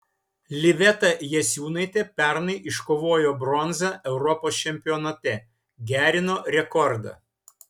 liveta jasiūnaitė pernai iškovojo bronzą europos čempionate gerino rekordą